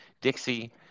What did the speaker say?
Dixie